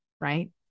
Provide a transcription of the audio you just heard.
right